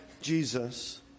Jesus